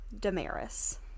Damaris